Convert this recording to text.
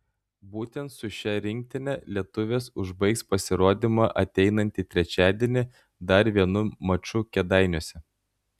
būtent su šia rinktine lietuvės užbaigs pasirodymą ateinantį trečiadienį dar vienu maču kėdainiuose